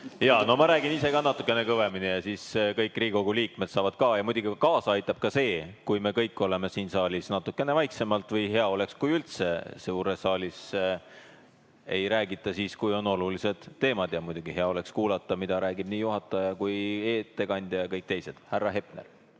Hepner! Ma räägin ise ka natukene kõvemini ja kõik Riigikogu liikmed saavad seda ka. Ja muidugi kaasa aitab ka see, kui me kõik oleme siin saalis natukene vaiksemalt. Õigemini hea oleks, kui üldse suures saalis ei räägita, kui on olulised teemad. Aga muidugi hea oleks kuulda, mida räägivad nii juhataja kui ka ettekandja ja kõik teisedki. Härra Hepner!